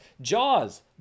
Jaws